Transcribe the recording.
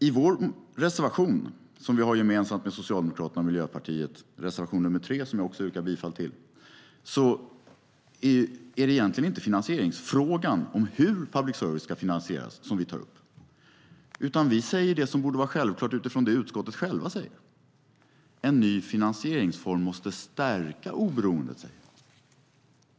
I vår reservation nr 3, som vi har gemensamt med Socialdemokraterna och Miljöpartiet, som jag också yrkar bifall till, är det egentligen inte frågan om hur public service ska finansieras som vi tar upp, utan vi säger det som borde vara självklart utifrån det utskottet självt säger. En ny finansieringsform måste stärka oberoendet.